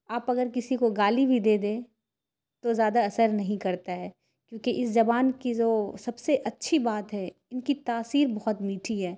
آپ اگر کسی کو گالی بھی دے دیں تو زیادہ اثر نہیں کرتا ہے کیونکہ اس زبان کی جو سب سے اچھی بات ہے ان کی تاثیر بہت میٹھی ہے